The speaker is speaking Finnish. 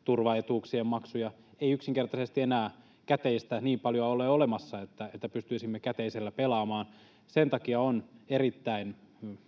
sosiaaliturvaetuuksien maksuja. Ei yksinkertaisesti enää käteistä niin paljoa ole olemassa, että pystyisimme käteisellä pelaamaan. Sen takia on erittäin